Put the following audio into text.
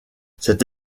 cette